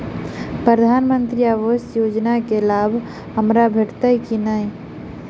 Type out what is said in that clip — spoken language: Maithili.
प्रधानमंत्री आवास योजना केँ लाभ हमरा भेटतय की नहि?